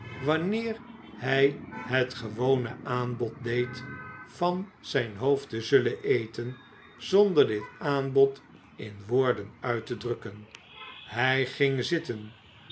wanneer hij het gewone aanbod deed van zijn hoofd te zullen eten zonder dit aanbod in woorden uit te drukken hij ging zitten